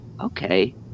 okay